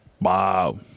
Wow